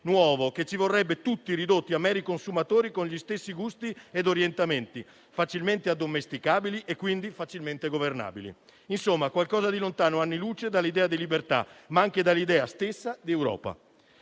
nuovo che ci vorrebbe tutti ridotti a meri consumatori con gli stessi gusti ed orientamenti, facilmente addomesticabili e quindi facilmente governabili. Insomma qualcosa di lontano anni luce dall'idea di libertà, ma anche dall'idea stessa di Europa.